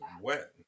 Wet